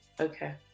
okay